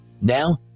Now